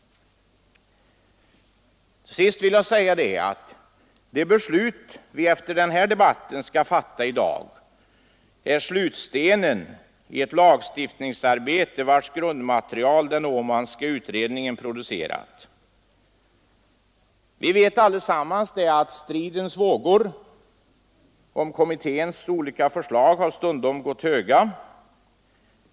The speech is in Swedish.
Sist vill jag säga att de beslut vi efter denna debatt skall fatta är slutstenen i ett lagstiftningsarbete vars grundmaterial den Åmanska utredningen producerat. Vi vet allesammans att stridens vågor stundom har gått höga om kommitténs olika förslag.